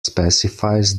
specifies